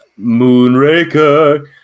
Moonraker